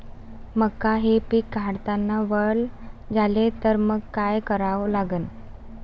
मका हे पिक काढतांना वल झाले तर मंग काय करावं लागन?